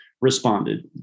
responded